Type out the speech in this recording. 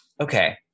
okay